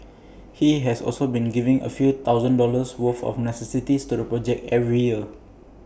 he has also been giving A few thousand dollars worth of necessities to the project every year